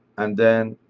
and then